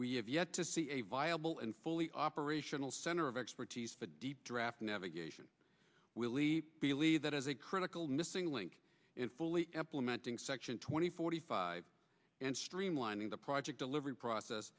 we have yet to see a viable and fully operational center of expertise draft navigation will leave believe that as a critical missing link in fully implementing section twenty forty five and streamlining the project delivery process